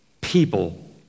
people